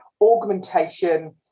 augmentation